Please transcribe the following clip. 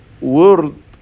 world